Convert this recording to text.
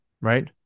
Right